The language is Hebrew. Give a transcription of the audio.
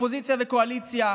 אופוזיציה וקואליציה,